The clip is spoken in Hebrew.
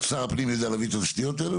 שר הפנים יודע להביא את התשתיות האלה?